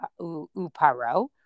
uparo